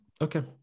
Okay